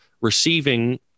receiving